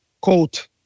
quote